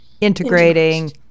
integrating